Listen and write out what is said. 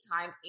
time